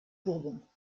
bourbons